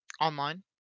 online